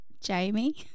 Jamie